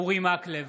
אורי מקלב,